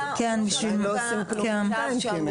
אבל הם לא עושים כלום בינתיים כי אם